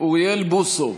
אוריאל בוסו,